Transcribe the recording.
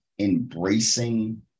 embracing